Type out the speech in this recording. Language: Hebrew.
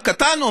הקטן,